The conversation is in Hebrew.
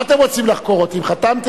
מה אתם רוצים לחקור אותי, אם חתמתי?